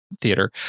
theater